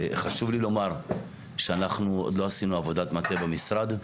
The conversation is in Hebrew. חשוב לי לומר שאנחנו לא עשינו עבודת מטה במשרד.